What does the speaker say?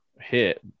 hit